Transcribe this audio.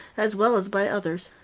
as well as by others.